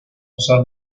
usar